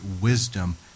wisdom